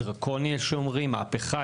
יש אומרים דרקוני ויש שיגידו מהפכה,